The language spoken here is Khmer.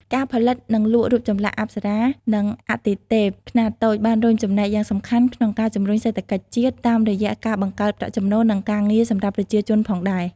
ការផលិត និងលក់ រូបចម្លាក់អប្សរា និងអាទិទេពខ្នាតតូច បានរួមចំណែកយ៉ាងសំខាន់ក្នុងការជំរុញសេដ្ឋកិច្ចជាតិ តាមរយៈការបង្កើតប្រាក់ចំណូល និងការងារសម្រាប់ប្រជាជនផងដែរ។